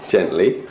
Gently